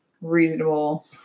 reasonable